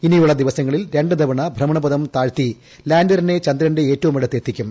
ഇനിയുള്ള ദിവസങ്ങളിൽ രണ്ട്തവണ ഭ്രമണപഥം താഴ്ത്തിലാന്ററിനെ ചന്ദ്രന്റെഏറ്റവും അടുത്ത് എത്തിക്കും